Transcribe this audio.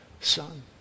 son